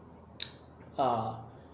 err